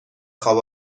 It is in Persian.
خواب